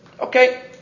Okay